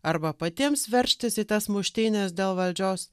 arba patiems veržtis į tas muštynes dėl valdžios